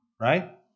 right